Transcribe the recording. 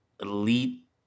elite